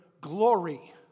glory